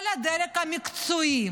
כל הדרג המקצועי